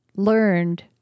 learned